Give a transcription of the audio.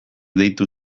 deitu